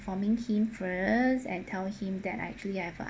informing him first and tell him that I actually have a